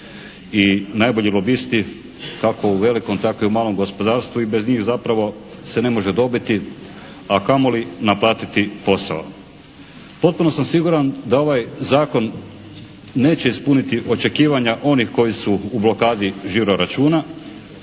i najbolji lobisti kako u velikom tako i malom gospodarstvu i bez njih zapravo se ne može dobiti, a kamo li naplatiti posao. Potpuno sam siguran da ovaj zakon neće ispuniti očekivanja onih koji su u blokadi žiro računa,